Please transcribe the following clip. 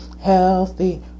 healthy